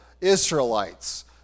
Israelites